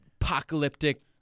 apocalyptic